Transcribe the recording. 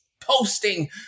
posting